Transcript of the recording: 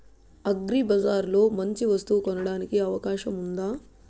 అగ్రిబజార్ లో మంచి వస్తువు కొనడానికి అవకాశం వుందా?